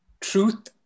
truth